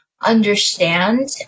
understand